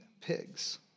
pigs